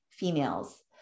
females